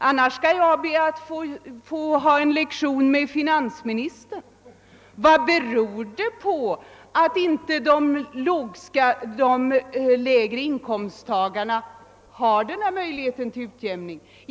Annars skall jag be att få hålla den. Vad beror det på att de lägre inkomsttagarna inte har denna möjlighet till utjämning?